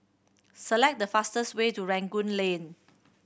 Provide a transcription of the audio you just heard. select the fastest way to Rangoon Lane